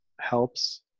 helps